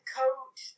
coat